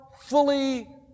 fully